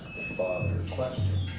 father a question